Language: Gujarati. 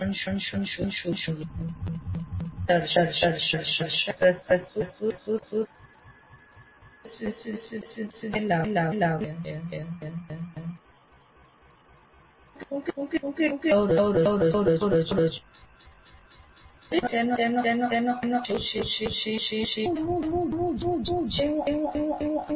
હું કેટલી સમસ્યાઓ રજૂ કરું છું દરેક સમસ્યાનો અવકાશ કેટલો છે અને હું જે પણ હું આવશ્યક સુવિધાઓ પર વિચાર કરું છું યોગ્યતાની બધી વિશિષ્ટતાઓને કેવી રીતે સંબોધું છું